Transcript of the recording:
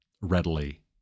readily